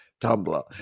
Tumblr